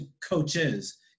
coaches